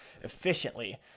efficiently